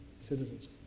citizens